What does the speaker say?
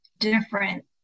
different